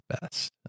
best